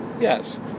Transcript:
Yes